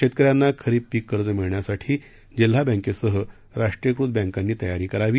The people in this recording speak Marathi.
शेतकऱ्यांना खरीप पीक कर्ज मिळण्यासाठी जिल्हा बँकेसह राष्ट्रीयीकृत बँकांनी तयारी करावी